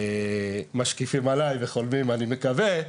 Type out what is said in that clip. משקיפים עליי וחולמים, אני מקווה.